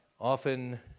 often